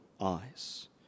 eyes